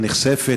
הנכספת,